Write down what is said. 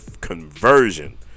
conversion